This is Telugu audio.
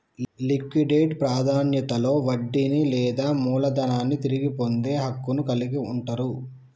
లిక్విడేట్ ప్రాధాన్యతలో వడ్డీని లేదా మూలధనాన్ని తిరిగి పొందే హక్కును కలిగి ఉంటరు